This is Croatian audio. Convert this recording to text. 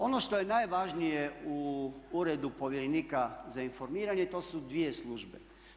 Ono što je najvažnije u Uredu povjerenika za informiranje to su dvije službe.